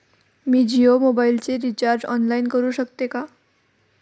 मी जियो मोबाइलचे recharge online करू शकते का?